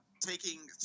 taking